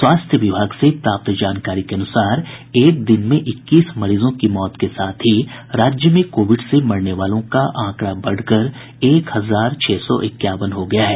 स्वास्थ्य विभाग से प्राप्त जानकारी के अनुसार एक दिन में इक्कीस मरीजों की मौत के साथ ही राज्य में कोविड से मरने वालों का आंकड़ा बढ़कर एक हजार छह सौ इक्यावन हो गया है